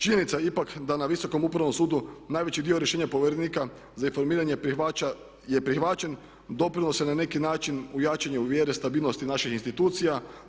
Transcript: Činjenica je ipak da na Visokom upravnom sudu najveći dio rješenja povjerenika za informiranje je prihvaćen, doprinosa na neki način u jačanju vjere, stabilnosti naših institucija.